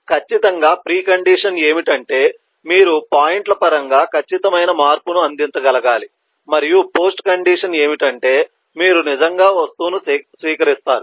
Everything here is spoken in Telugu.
ఖచ్చితంగా ప్రీ కండిషన్ ఏమిటంటే మీరు పాయింట్ల పరంగా ఖచ్చితమైన మార్పును అందించగలగాలి మరియు పోస్ట్ కండిషన్ ఏమిటంటే మీరు నిజంగా వస్తువును స్వీకరిస్తారు